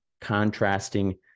contrasting